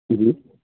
جی